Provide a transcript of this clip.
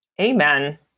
Amen